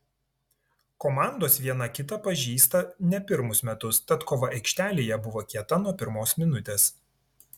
komandos viena kitą pažįsta ne pirmus metus tad kova aikštelėje buvo kieta nuo pirmos minutės